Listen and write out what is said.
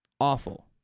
Awful